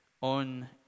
on